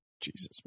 Jesus